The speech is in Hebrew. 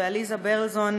ועליזה ברלזון,